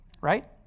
Right